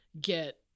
get